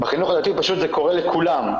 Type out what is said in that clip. בחינוך הדתי זה קורה לכולם,